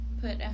put